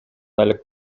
алек